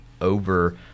over